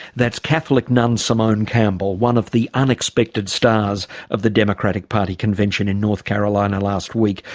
that's catholic nun, simone campbell, one of the unexpected stars of the democratic party convention in north carolina last week,